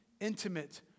intimate